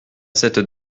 cette